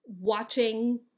watching